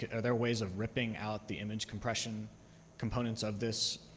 yeah are there ways of ripping out the image compression components of this